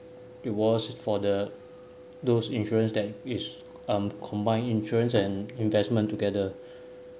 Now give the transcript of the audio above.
it was for the those insurance that is um combine insurance and investment together